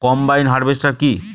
Combine harvester কি?